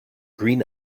green